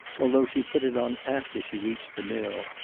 although she put it on after she reached the mill,